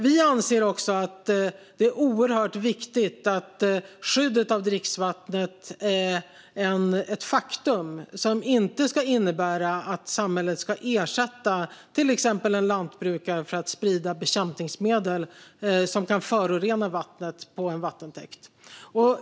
Vi anser också att det är oerhört viktigt att skyddet av dricksvattnet är ett faktum som inte ska innebära att samhället ska ersätta till exempel en lantbrukare för att sprida bekämpningsmedel som kan förorena vattnet i en vattentäkt.